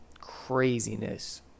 craziness